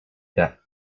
that